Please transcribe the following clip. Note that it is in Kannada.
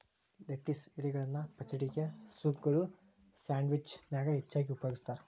ಲೆಟಿಸ್ ಎಲಿಗಳನ್ನ ಪಚಡಿಗೆ, ಸೂಪ್ಗಳು, ಸ್ಯಾಂಡ್ವಿಚ್ ನ್ಯಾಗ ಹೆಚ್ಚಾಗಿ ಉಪಯೋಗಸ್ತಾರ